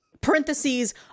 Parentheses